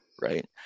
right